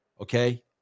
Okay